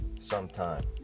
sometime